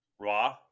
Raw